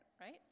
right